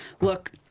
look